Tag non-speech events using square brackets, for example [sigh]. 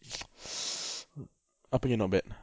[noise] apa yang not bad